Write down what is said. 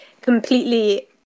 completely